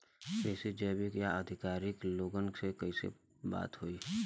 कृषि वैज्ञानिक या अधिकारी लोगन से कैसे बात होई?